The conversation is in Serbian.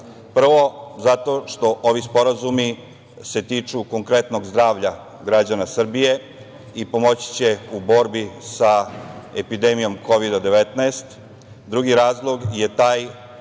razloga. Prvo, ovi sporazumi se tiču konkretnog zdravlja građana Srbije i pomoći će u borbi sa epidemijom Kovida-19. Drugi razlog je taj